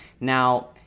Now